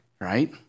right